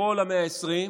לכל ה-120,